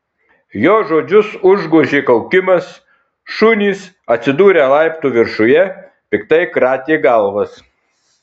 jo žodžius užgožė kaukimas šunys atsidūrę laiptų viršuje piktai kratė galvas